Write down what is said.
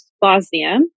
Bosnia